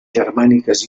germàniques